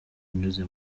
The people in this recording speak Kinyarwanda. unyuze